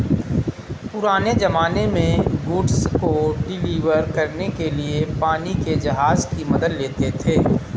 पुराने ज़माने में गुड्स को डिलीवर करने के लिए पानी के जहाज की मदद लेते थे